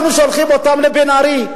אנחנו שולחים אותם לבן-ארי.